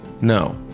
No